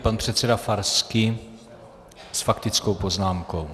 Pan předseda Farský s faktickou poznámkou.